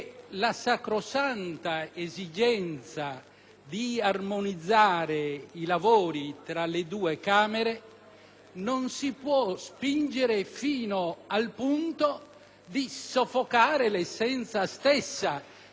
non si può spingere fino al punto di soffocare l'essenza stessa del bicameralismo ammutolendo di fatto uno dei due rami del Parlamento.